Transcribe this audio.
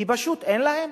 כי פשוט אין להם.